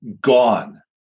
gone